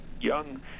young